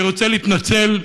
אני רוצה להתנצל,